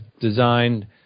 designed